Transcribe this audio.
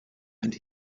and